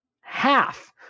half